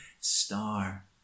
star